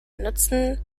nutzen